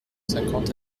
cinquante